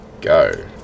go